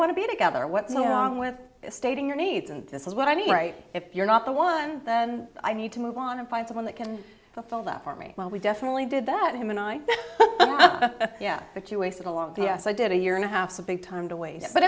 want to be together what's going on with stating your needs and this is what i mean right if you're not the one then i need to move on and find someone that can fulfill that for me well we definitely did that him and i yeah but you wasted a long yes i did a year and a half so big time to wait